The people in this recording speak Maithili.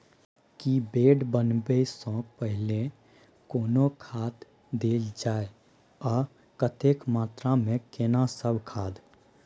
की बेड बनबै सॅ पहिने कोनो खाद देल जाय आ कतेक मात्रा मे केना सब खाद?